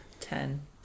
Ten